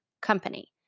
company